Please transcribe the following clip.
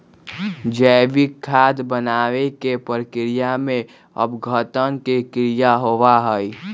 जैविक खाद बनावे के प्रक्रिया में अपघटन के क्रिया होबा हई